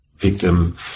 victim